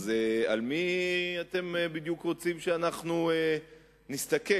אז על מי אתם בדיוק רוצים שאנחנו נסתכל?